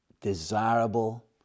desirable